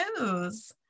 news